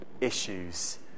issues